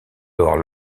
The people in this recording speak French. lors